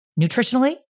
Nutritionally